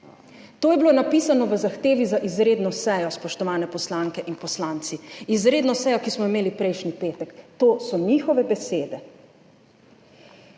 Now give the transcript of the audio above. To je bilo napisano v zahtevi za izredno sejo, spoštovane poslanke in poslanci, izredno sejo, ki smo jo imeli prejšnji petek. To so njihove besede.